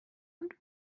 und